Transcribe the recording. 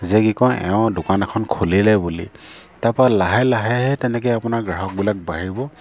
যে কি কয় এওঁ দোকান এখন খুলিলে বুলি তাপা লাহে লাহেহে তেনেকৈ আপোনাৰ গ্ৰাহকবিলাক বাঢ়িব